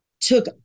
took